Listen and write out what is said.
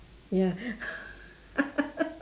ya